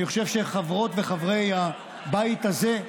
אני חושב שחברות וחברי הבית הזה,